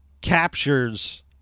captures